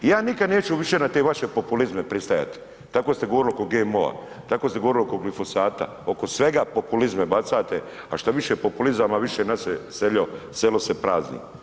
I ja nikad neću više na te vaše populizme pristajati, tako ste govorili oko GMO-a, tako ste govorili oko glisofata, oko svega populizme bacate, a što više populizama, više naše selo se prazni.